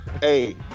Hey